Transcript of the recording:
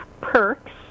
perks